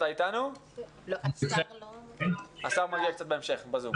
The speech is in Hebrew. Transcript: אני חושב שהקמת המשרד וחלק מהעיסוק המרכזי לו הוא בחינוך הבלתי פורמלי.